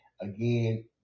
Again